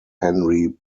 henry